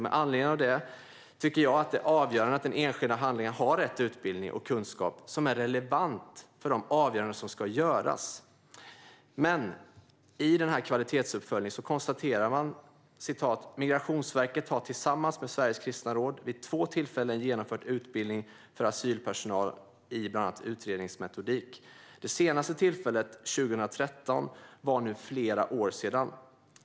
Med anledning av detta tycker jag att det är avgörande att den enskilde handläggaren har rätt utbildning och kunskap som är relevant för avgörandena. I kvalitetsuppföljningen framgår vidare att Migrationsverket tillsammans med Sveriges kristna råd vid två tillfällen har genomfört utbildning för asylpersonal i bland annat utredningsmetodik. Det senaste tillfället, 2013, är nu flera år sedan.